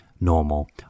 normal